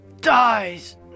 dies